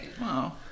Wow